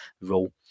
role